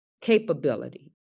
capability